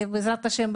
בעזרת השם,